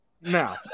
now